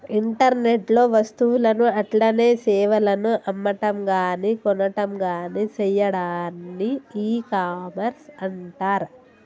internet లో వస్తువులను అట్లనే సేవలను అమ్మటంగాని కొనటంగాని సెయ్యాడాన్ని ఇకామర్స్ అంటర్